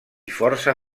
força